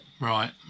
Right